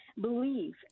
Believe